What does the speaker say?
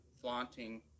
flaunting